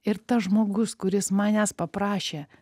ir tas žmogus kuris manęs paprašė